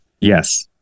Yes